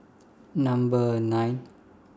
Number nine